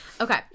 Okay